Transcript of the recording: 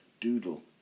doodle